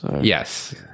Yes